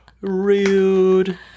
Rude